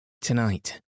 Tonight